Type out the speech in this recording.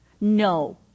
No